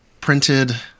printed